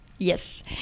Yes